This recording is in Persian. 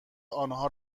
آنها